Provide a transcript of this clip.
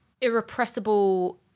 irrepressible